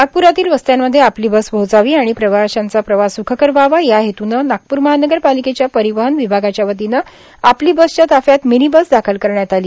नागप्रातील वस्त्यांमध्ये आपली बस पोहचावी आणि प्रवाशांचा प्रवास स्खकर व्हावा या हेतूने नागप्र महानगरपालिकेच्या परिवहन विभागाच्या वतीने आपली बसच्या ताफ्यात मिनी बस दाखल करण्यात आली